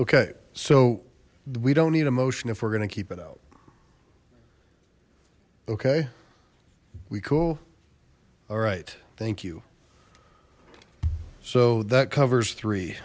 okay so we don't need a motion if we're gonna keep it out okay we cool all right thank you so that covers three